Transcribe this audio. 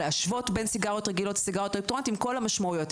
להשוות בין סיגריות רגילות לסיגריות אלקטרוניות עם כל המשמעויות.